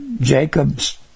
Jacob's